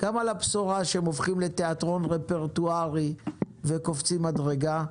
גם על הבשורה שהם הופכים לתיאטרון רפרטוארי וקופצים מדרגה,